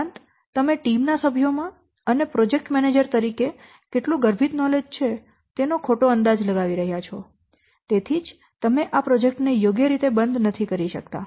ઉપરાંત તમે ટીમ ના સભ્યો માં અને પ્રોજેકટ મેનેજર તરીકે કેટલું ગર્ભિત નોલેજ છે તેનો ખોટો અંદાજો લગાવી રહ્યાં છો તેથી જ તમે આ પ્રોજેક્ટ ને યોગ્ય રીતે બંધ નથી કરી શકતા